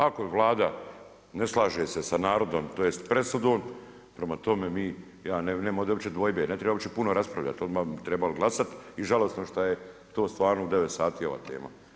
Ako Vlada ne slaže se sa narodom, tj. presudom, prema tome mi, ja, nema ovdje uopće dvojbe, ne treba uopće puno raspravljati, odmah bi trebalo glasati i žalosno šta je to stvarno u 9 sati ova tema.